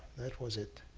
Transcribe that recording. that was it.